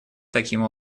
таким